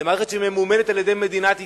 זו מערכת שממומנת על-ידי מדינת ישראל,